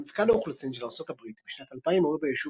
על פי מפקד האוכלוסין של ארצות הברית משנת 2000 היו ביישוב